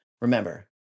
Remember